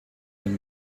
den